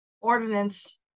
Ordinance